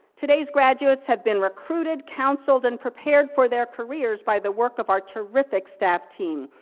today's graduates have been recruited, counseled, and prepared for their careers, by the work of our terrific staff team.